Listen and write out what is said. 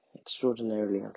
extraordinarily